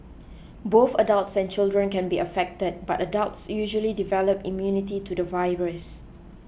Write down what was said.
both adults and children can be affected but adults usually develop immunity to the virus